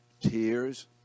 Tears